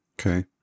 Okay